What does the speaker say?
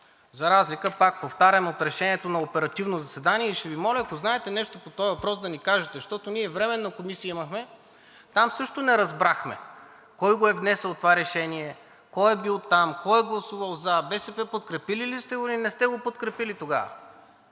за разлика пак повтарям от решението на оперативно заседание. Ще Ви моля, ако знаете нещо по този въпрос, да ни кажете, защото ние имахме Временна комисия и там също не разбрахме кой го е внесъл това решение? Кой е бил там? Кой е гласувал за? БСП, подкрепили ли сте го или не сте го подкрепили, тогава?